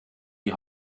die